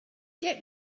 get